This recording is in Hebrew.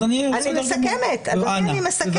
אני מסכמת, אדוני אני מסכמת.